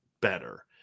better